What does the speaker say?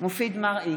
מופיד מרעי,